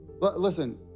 Listen